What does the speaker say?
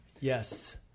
Yes